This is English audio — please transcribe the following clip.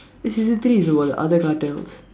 eh season three is about the other cartels